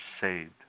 saved